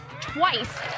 twice